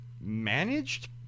managed